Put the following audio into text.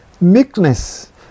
meekness